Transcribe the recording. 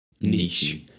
Niche